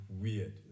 weird